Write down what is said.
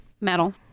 Metal